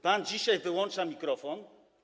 Pan dzisiaj wyłącza mikrofon?